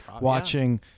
watching